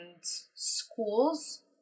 schools